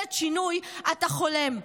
בממשלת שינוי, אתה חולם.